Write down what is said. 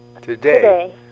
Today